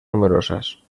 numerosas